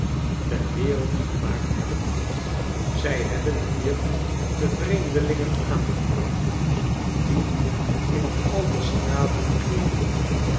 ter wereld gemaakt hebben zij hebben hier de vreemdelingen aangebracht die in al de straten krioelen